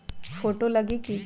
Photo लगी कि?